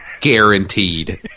Guaranteed